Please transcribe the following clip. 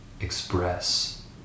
express